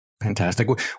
Fantastic